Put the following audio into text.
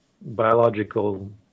biological